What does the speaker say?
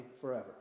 forever